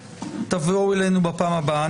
תבואו אלינו בפעם הבאה.